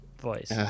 Voice